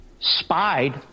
spied